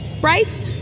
Bryce